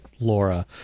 Laura